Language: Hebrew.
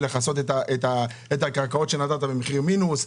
לכסות את הקרקעות שנתת במחיר מינוס,